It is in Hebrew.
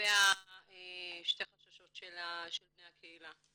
לגבי שתי החששות של בני הקהילה.